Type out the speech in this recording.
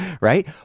right